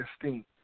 esteem